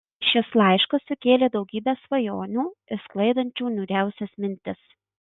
šis laiškas sukėlė daugybę svajonių išsklaidančių niūriausias mintis